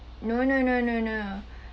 no no no no no